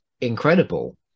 incredible